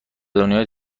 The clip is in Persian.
دنیای